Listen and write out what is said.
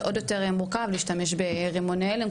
זה עוד יותר מורכב להשתמש ברימון הלם,